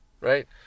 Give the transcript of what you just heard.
Right